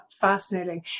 Fascinating